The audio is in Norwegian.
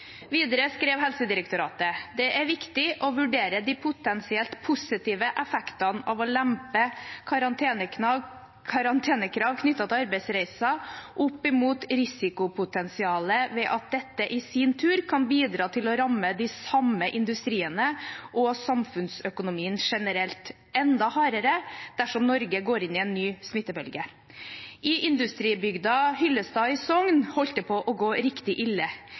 Videre skrev Helsedirektoratet: Det er viktig å vurdere de potensielt positive effektene av å lempe på karantenekrav knyttet til arbeidsreiser opp imot risikopotensialet, ved at dette i sin tur kan bidra til å ramme de samme industriene og samfunnsøkonomien generelt enda hardere dersom Norge går inn i en ny smittebølge. I industribygda Hyllestad i Sogn holdt det på å gå riktig ille.